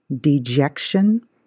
dejection